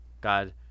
god